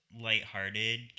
lighthearted